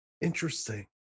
Interesting